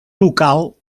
local